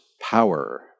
power